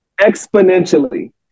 exponentially